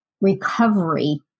recovery